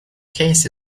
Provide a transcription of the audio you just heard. case